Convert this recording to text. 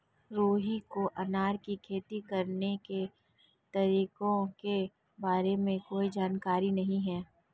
रुहि को अनार की खेती करने के तरीकों के बारे में कोई जानकारी नहीं है